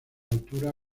altura